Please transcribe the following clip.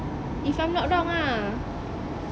if I'm not wrong ah